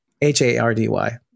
h-a-r-d-y